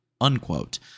unquote